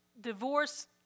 Divorce